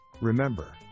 remember